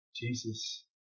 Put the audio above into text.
Jesus